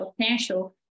potential